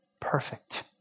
perfect